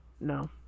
No